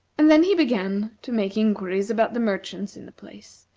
and then he began to make inquiries about the merchants in the place,